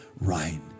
right